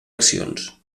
accions